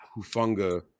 Hufunga